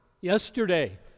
yesterday